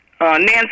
Nancy